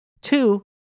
Two